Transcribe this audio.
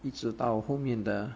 一直到后面的